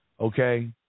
okay